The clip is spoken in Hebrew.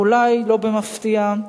ואולי, לא במפתיע,